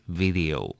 video